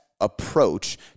approach